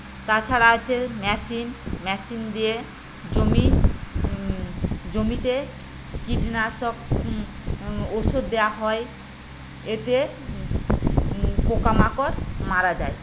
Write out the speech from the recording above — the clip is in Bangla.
তাছাড়া আছে ম্যাশিন ম্যাশিন দিয়ে জমি জমিতে কীটনাশক ওষুধ দেওয়া হয় এতে পোকামাকড় মারা যায়